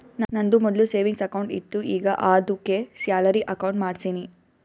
ನಂದು ಮೊದ್ಲು savings account ಇತ್ತು ಈಗ ಆದ್ದುಕೆ ಸ್ಯಾಲರಿ ಅಕೌಂಟ್ ಮಾಡ್ಸಿನಿ